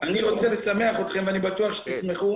אני רוצה לשמח אתכם ואני בטוח שתשמחו,